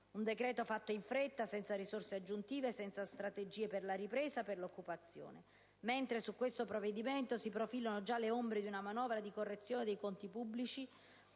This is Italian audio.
un decreto fatto in fretta, senza risorse aggiuntive e senza una strategia per la ripresa e per l'occupazione. Su questo provvedimento si profilano già le ombre di una manovra di correzione dei conti pubblici